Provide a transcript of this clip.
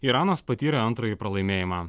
iranas patyrė antrąjį pralaimėjimą